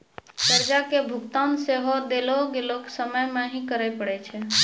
कर्जा के भुगतान सेहो देलो गेलो समय मे ही करे पड़ै छै